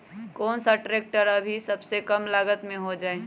कौन सा ट्रैक्टर अभी सबसे कम लागत में हो जाइ?